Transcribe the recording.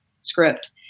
script